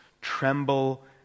tremble